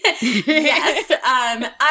Yes